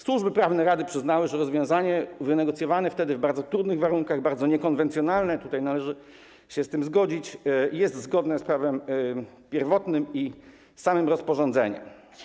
Służby prawne Rady przyznały, że rozwiązanie wynegocjowane wtedy, w bardzo trudnych warunkach, bardzo niekonwencjonalne, należy się z tym zgodzić, jest zgodne z prawem pierwotnym i z samym rozporządzeniem.